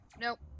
Nope